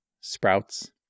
sprouts